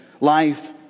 life